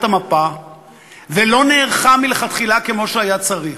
המפה ולא נערכה מלכתחילה כמו שהיה צריך.